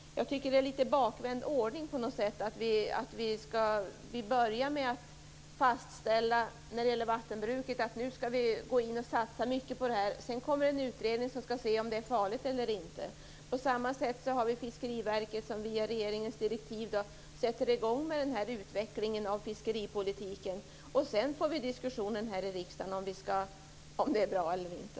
Jag tycker att det är en litet bakvänd ordning att vi börjar med att fastställa att vi nu skall satsa mycket på vattenbruket. Sedan kommer en utredning som skall undersöka om det är farligt eller inte. På samma sätt har vi Fiskeriverket som enligt regeringens direktiv sätter i gång utvecklingen av fiskeripolitiken, och därefter får vi här i riksdagen diskussionen om det är bra eller inte.